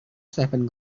seven